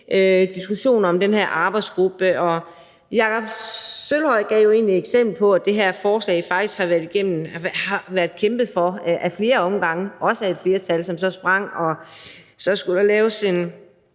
tilbage om den her arbejdsgruppe, og Jakob Sølvhøj gav jo egentlig et eksempel på, at der faktisk har været kæmpet for det her forslag ad flere omgange, også af et flertal, som så sprang i målet . Så skulle der laves en